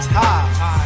high